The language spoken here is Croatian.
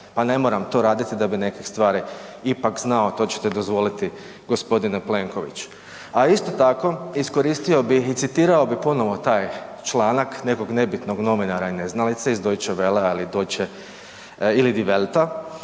Pa ne moram to raditi da bih nekih stvari ipak znao, to ćete dozvoliti, g. Plenković. A isto tako, iskoristio bih i citirao bih ponovo taj članak nekog nebitnog novinara i neznalice iz Deutsche Wellea, ali